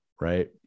Right